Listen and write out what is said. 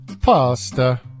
pasta